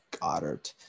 Goddard